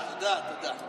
תודה, תודה.